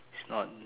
it's not